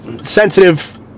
sensitive